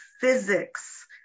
physics